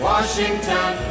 Washington